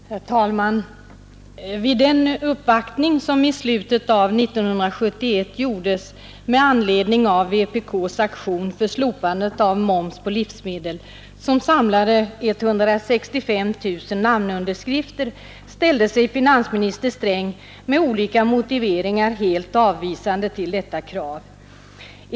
Herr talman! Vid den uppvaktning som i slutet av 1971 gjordes med anledning av vpk:s aktion för slopande av moms på livsmedel, som samlade 165 000 namnunderskrifter, ställde sig finansminister Sträng med olika motiveringar helt avvisande till detta krav.